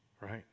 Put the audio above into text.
right